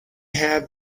have